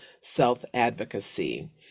self-advocacy